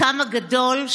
שמעודדת